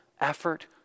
effort